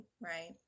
Right